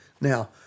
Now